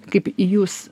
kaip į jus